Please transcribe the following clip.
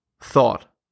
thought